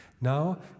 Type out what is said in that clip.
Now